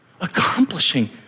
accomplishing